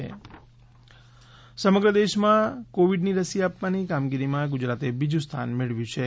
રાજ્ય કોવિડ સમગ્ર દેશમાં કોવિડની રસી આપવાની કામગીરીમાં ગુજરાતે બીજુ સ્થાન મેળવ્યું છે